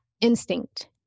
instinct